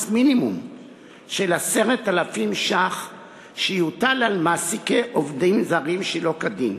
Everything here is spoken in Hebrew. מינימום של 10,000 שקל על מעסיקי עובדים זרים שלא כדין.